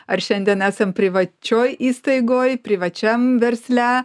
ar šiandien esam privačioj įstaigoj privačiam versle